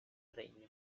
regno